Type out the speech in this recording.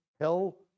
hell